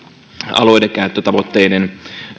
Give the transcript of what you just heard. alueidenkäyttötavoitteiden